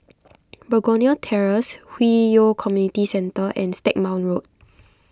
Begonia Terrace Hwi Yoh Community Centre and Stagmont Road